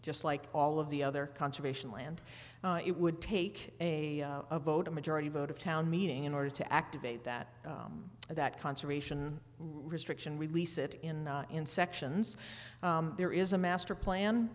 just like all of the other conservation land it would take a vote a majority vote of town meeting in order to activate that and that conservation restriction release it in in sections there is a master